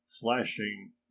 flashing